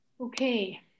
okay